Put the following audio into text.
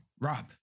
rob